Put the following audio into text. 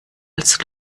als